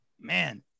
Man